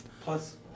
Plus